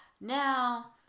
Now